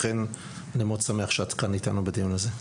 לכן אני מאוד שמח שאת כאן אתנו בדיון הזה.